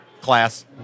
class